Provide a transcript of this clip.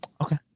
Okay